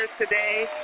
today